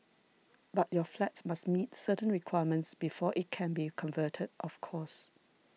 but your flat must meet certain requirements before it can be converted of course